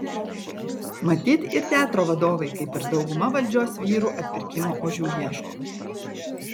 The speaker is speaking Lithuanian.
matyt ir teatro vadovai kaip ir dauguma valdžios vyrų atpirkimo ožių ieško